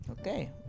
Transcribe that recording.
Okay